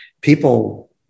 people